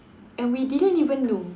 and we didn't even know